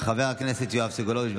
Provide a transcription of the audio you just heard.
חבר הכנסת יואב סגלוביץ',